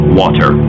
water